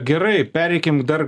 gerai pereikim dar